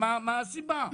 מה הסיבה?